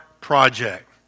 project